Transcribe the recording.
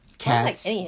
Cats